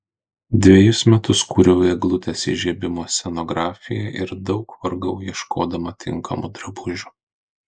dvejus metus kūriau eglutės įžiebimo scenografiją ir daug vargau ieškodama tinkamų drabužių